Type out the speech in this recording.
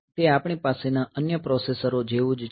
તે આપણી પાસેના અન્ય પ્રોસેસરો જેવું જ છે